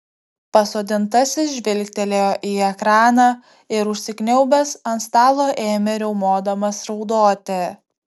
pasodintasis žvilgtelėjo į ekraną ir užsikniaubęs ant stalo ėmė riaumodamas raudoti